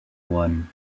one